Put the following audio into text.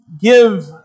give